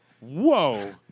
Whoa